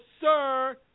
sir